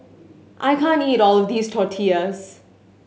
I can't eat all of this Tortillas